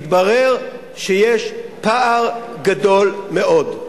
מתברר שיש פער גדול מאוד,